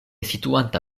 situanta